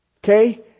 Okay